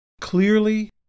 clearly